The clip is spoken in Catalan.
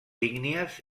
ígnies